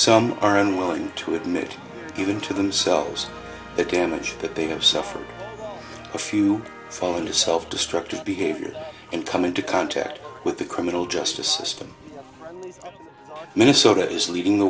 some are unwilling to admit even to themselves the damage that they have suffered a few fall into self destructive behavior and come into contact with the criminal justice system minnesota is leading the